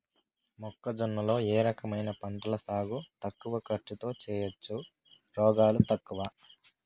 మొక్కజొన్న లో ఏ రకమైన పంటల సాగు తక్కువ ఖర్చుతో చేయచ్చు, రోగాలు తక్కువ?